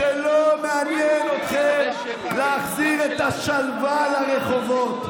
שלא מעניין אתכם להחזיר את השלווה לרחובות.